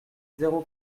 zéro